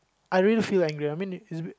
I really feel angry I mean it's a bit